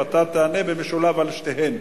ואתה תענה במשולב על שתיהן,